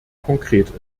konkret